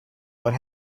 what